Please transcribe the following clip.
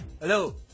Hello